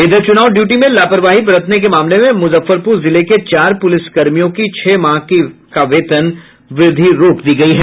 इधर चुनाव ड्यटी में लापरवाही बरतने के मामले में मुजफ्फरपुर जिले के चार पुलिसकर्मियों की छह माह का वेतन व्रद्धि रोक दी गयी है